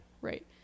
right